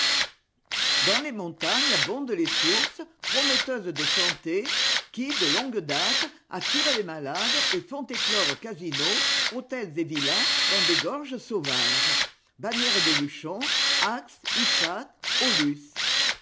dans les montagnes abondent les sources prometteuses de santé qui de longue date attirent les malades et font éclore casinos hôtels et villas dans des gorges sauvages